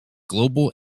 global